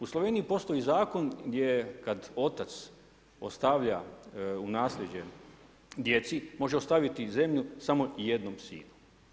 U Sloveniji postoji zakon gdje kad otac ostavlja u naslijeđe djeci može ostaviti zemlju samo jednom sinu.